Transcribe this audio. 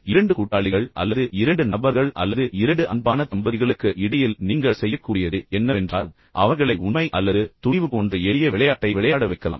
ஆனால் பின்னர் 2 கூட்டாளிகள் அல்லது 2 நபர்கள் அல்லது 2 அன்பான தம்பதிகளுக்கு இடையில் நீங்கள் செய்யக்கூடியது என்னவென்றால் அவர்களை உண்மை அல்லது துணிவு போன்ற எளிய விளையாட்டை விளையாட வைக்கலாம்